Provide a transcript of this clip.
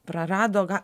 prarado gal